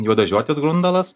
juodažiotis grundalas